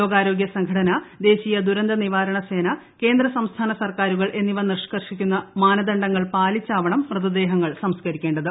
ലോകാരോഗൃ സംഘടന ദേശീയ ദുരന്ത നിവാരണ സേന കേന്ദ്ര സംസ്ഥാന്റു സർക്കാരുകൾ എന്നിവ നിഷ്കർഷിക്കുന്ന മാനദണ്ഡങ്ങൾ പ്പുലിച്ചാവണം മൃതദേഹം സംസ്ക്കരിക്കേണ്ടത്